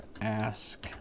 ask